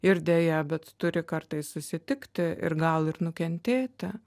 ir deja bet turi kartais susitikti ir gal ir nukentėti